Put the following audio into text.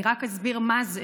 אני רק אסביר מה זה: